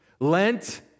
Lent